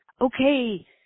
Okay